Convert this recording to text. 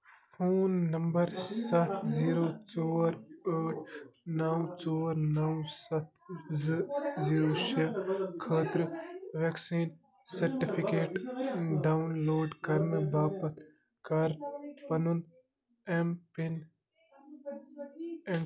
phone number سَتھ zero ژور ٲٹھ نَو ژور نَو سَتھ زٕ زیٖرو شےٚ خٲطرٕ ویٚکسیٖن سٔرٹِفِکیٹ ڈاوُن لوڈ کرنہٕ باپتھ کر پَنُن ایٚم پِن ایٚن